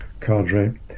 cadre